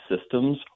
systems